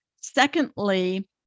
Secondly